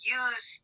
use